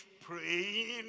praying